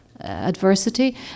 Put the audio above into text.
adversity